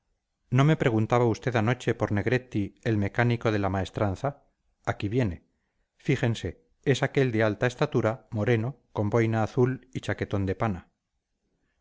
no me preguntaba usted anoche por negretti el mecánico de la maestranza aquí viene fíjense es aquel de alta estatura moreno con boina azul y chaquetón de pana